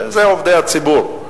אלה עובדי הציבור,